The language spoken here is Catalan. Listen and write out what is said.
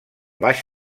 baix